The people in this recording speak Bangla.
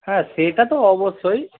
হ্যাঁ সেটা তো অবশ্যই